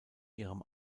ihrem